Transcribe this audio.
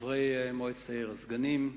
חברי מועצת העיר, הסגנים,